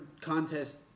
contest